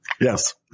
Yes